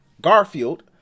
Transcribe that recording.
Garfield